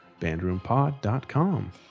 bandroompod.com